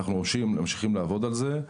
אנחנו ממשיכים לעבוד על זה.